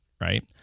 right